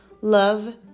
Love